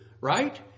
right